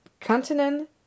continent